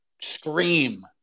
scream